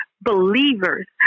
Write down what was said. believers